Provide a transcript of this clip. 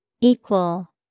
Equal